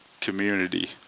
community